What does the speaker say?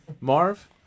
Marv